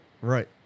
right